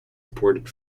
reported